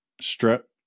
strip